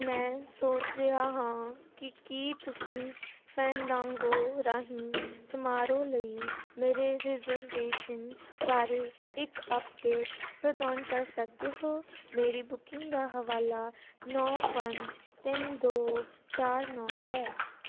ਮੈਂ ਸੋਚ ਰਿਹਾ ਹਾਂ ਕਿ ਕੀ ਤੁਸੀਂ ਫੈਂਡਾਂਗੋ ਰਾਹੀਂ ਸਮਾਰੋਹ ਲਈ ਮੇਰੇ ਰਿਜ਼ਰਵੇਸ਼ਨ ਬਾਰੇ ਇੱਕ ਅਪਡੇਟ ਪ੍ਰਦਾਨ ਕਰ ਸਕਦੇ ਹੋ ਮੇਰੀ ਬੁਕਿੰਗ ਦਾ ਹਵਾਲਾ ਨੌਂ ਪੰਜ ਤਿੰਨ ਦੋ ਚਾਰ ਨੌਂ ਹੈ